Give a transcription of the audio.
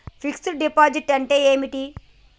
Fix డ్ deposit అంటే ఏమిటి?